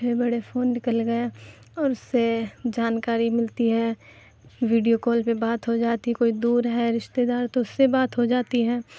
بڑے بڑے فون نکل گئے اور اس سے جانکاری ملتی ہے ویڈیو کال پہ بات ہو جاتی ہے کوئی دور ہے رشتے دار تو اس سے بات ہو جاتی ہے